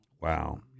Wow